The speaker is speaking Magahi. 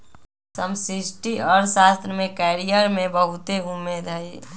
समष्टि अर्थशास्त्र में कैरियर के बहुते उम्मेद हइ